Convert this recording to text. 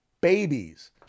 babies